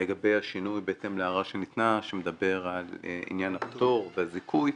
לגבי השינוי בהתאם להערה שניתנה שמדבר על עניין הפטור והזיכוי,